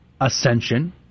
Ascension